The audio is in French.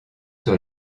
sur